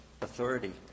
authority